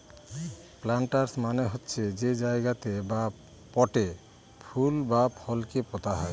planters মানে হচ্ছে যে জায়গাতে বা পটে ফুল বা ফলকে পোতা হয়